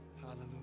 Hallelujah